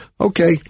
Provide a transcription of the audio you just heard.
okay